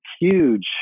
huge